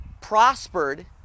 prospered